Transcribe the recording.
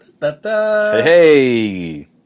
hey